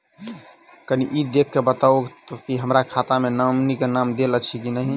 कनि ई देख कऽ बताऊ तऽ की हमरा खाता मे नॉमनी केँ नाम देल अछि की नहि?